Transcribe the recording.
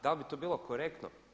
Da li bi to bilo korektno?